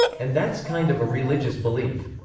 and that's kind of a religious belief.